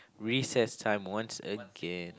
recess time once again